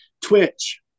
Twitch